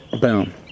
Boom